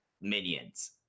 minions